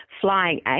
Flying